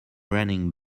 running